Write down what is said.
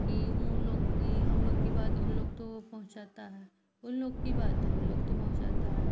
कि उन लोग की हमलोग की बात उन लोग तक पहुँचाता है उन लोग की बात हमलोग तक पहुँचाता है